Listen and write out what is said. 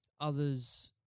others